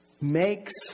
makes